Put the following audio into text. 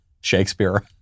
Shakespeare